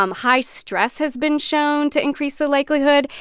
um high stress has been shown to increase the likelihood.